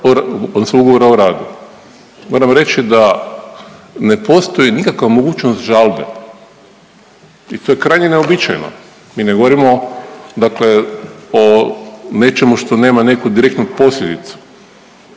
odnosno ugovora o radu. Moram reći da ne postoji nikakva mogućnost žalbe i to je krajnje neuobičajeno. Mi ne govorimo dakle o nečemu što nema neku direktnu posljedicu.